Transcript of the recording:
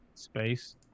space